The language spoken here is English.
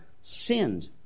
sinned